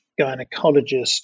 gynecologist